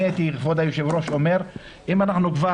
אני הייתי אומר שאם אנחנו כבר,